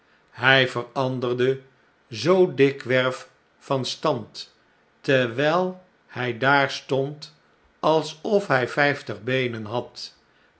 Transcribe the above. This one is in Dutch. hy veranderde zoo dikwerf van stand terwyl hy daar stond alsof hy vyftig beenen had